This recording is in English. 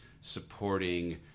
supporting